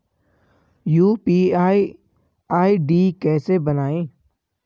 UPI ID कैसे बनायें?